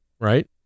right